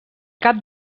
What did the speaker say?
cap